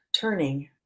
turning